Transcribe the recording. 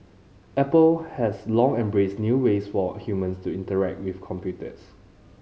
Apple has long embraced new ways for humans to interact with computers